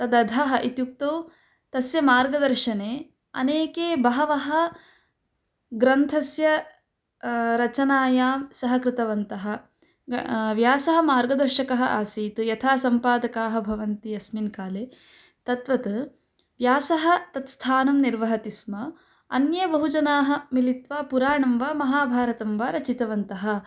तदधः इत्युक्तौ तस्य मार्गदर्शने अनेके बहवः ग्रन्थस्य रचनायां सहकृतवन्तः व्यासः मार्गदर्शकः आसीत् यथा सम्पादकाः भवन्ति अस्मिन् काले तद्वत् व्यासः तत् स्थानं निर्वहति स्म अन्ये बहुजनाः मिलित्वा पुराणं वा महाभारतं वा रचितवन्तः